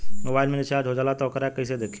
Mobile में recharge हो जाला त वोकरा के कइसे देखी?